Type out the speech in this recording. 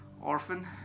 orphan